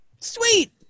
Sweet